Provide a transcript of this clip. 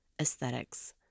aesthetics